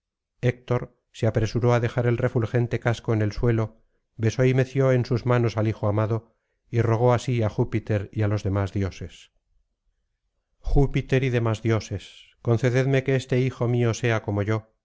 héctor se apresuró á dejar el refulgente casco en el suelo besó y meció en sus manos al hijo amado y rogó así á júpiter y á los demás dioses júpiter y demás dioses concededme que este hijo mío sea como yo